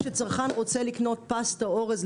כשצרכן רוצה לקנות פסטה או אורז,